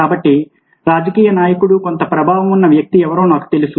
కాబట్టి రాజకీయ నాయకుడు కొంత ప్రభావం ఉన్న వ్యక్తి ఎవరో నాకు తెలుసు